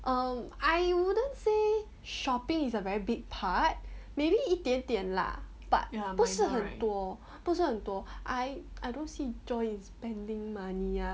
um I wouldn't say shopping is a very big part maybe 一点点 lah but 不是很多不是很多 I I don't see joy in spending money ah